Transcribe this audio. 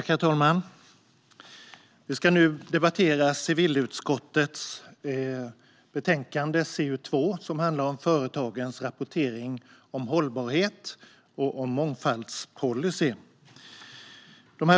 Herr talman! Vi ska nu debattera civilutskottets betänkande CU2, som handlar om företagens rapportering om hållbarhet och mångfaldspolicy.